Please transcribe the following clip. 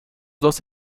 dos